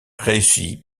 réussit